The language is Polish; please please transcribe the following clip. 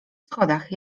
schodach